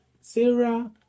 Sarah